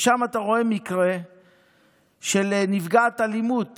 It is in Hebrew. ושם אתה רואה מקרה של נפגעת אלימות